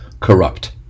corrupt